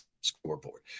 scoreboard